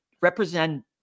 represent